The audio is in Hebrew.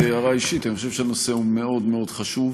בהערה אישית: אני חושב שהנושא הוא מאוד מאוד חשוב,